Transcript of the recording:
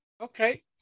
okay